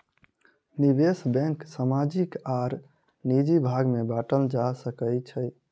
निवेश बैंक सामाजिक आर निजी भाग में बाटल जा सकै छै